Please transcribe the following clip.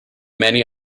many